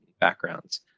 backgrounds